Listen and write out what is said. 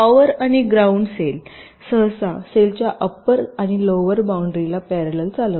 power आणि ground rail सहसा सेलच्या अप्पर आणि लोवरच्या बाऊंड्रीना पॅरलल चालवते